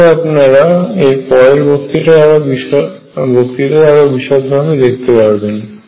এটিকে আপনারা এরপরের বক্তৃতায় আরও বিশেষভাবে দেখতে পারবেন